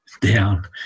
down